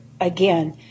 again